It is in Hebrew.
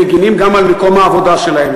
הם מגינים גם על מקום העבודה שלהם.